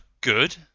good